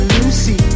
Lucy